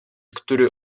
który